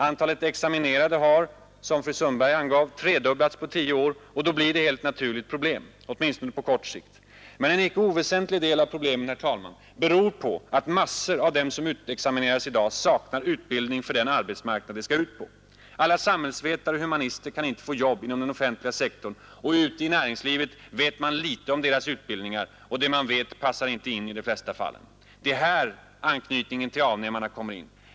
Antalet examinerade har, som fru Sundberg angav, tredubblats på tio år, och då blir det helt naturligt problem — åtminstone på kort sikt. Men en icke oväsentlig del av problemen beror på att massor av dem som utexamineras i dag saknar utbildning för den arbetsmarknad de skall ut på. Alla samhällsvetare och humanister kan inte få jobb inom den offentliga sektorn, och ute i näringslivet vet man litet om deras utbildningar, och det man vet passar inte in i de flesta fallen. Det är här anknytningen till avnämarna kommer in.